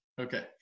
Okay